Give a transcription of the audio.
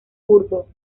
burgo